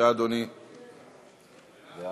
27